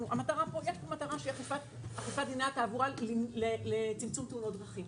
המטרה היא אכיפת דיני התעבורה לצמצום תאונות דרכים.